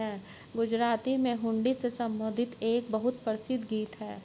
गुजराती में हुंडी से संबंधित एक बहुत प्रसिद्ध गीत हैं